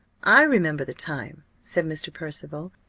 i remember the time, said mr. percival,